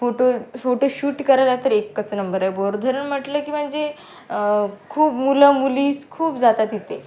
photo photo shoot करायला तर एकच नंबर आहे बोर धरण म्हटलं की म्हणजे खूप मुलं मुलीच खूप जातात तिथे